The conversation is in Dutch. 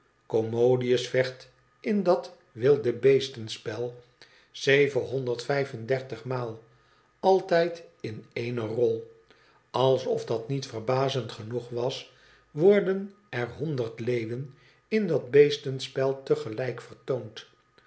icommodius vecht in dat wildebeestenspel zevenhonderd vijf en dertig maal altijd in ééne rol alsof dat niet verbazend genoeg was worden er honderd leeuwen in het beestenspel te gelijk vertoond